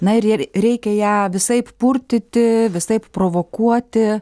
na ir jie reikia ją visaip purtyti visaip provokuoti